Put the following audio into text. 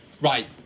Right